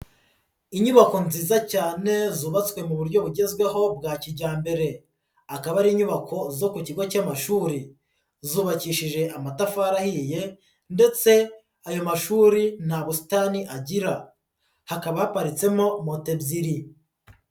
Inyubako nziza cyane zubatswe mu buryo bugezweho bwa kijyambere akaba ari inyubako zo ku kigo cy'amashuri, zubakishije amatafari ahiye ndetse ayo mashuri nta busitani agira, hakaba haparitsemo moto ebyiri.